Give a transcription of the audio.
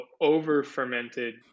over-fermented